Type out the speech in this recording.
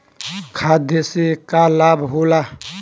खाद्य से का लाभ होला?